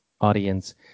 audience